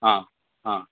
आ आ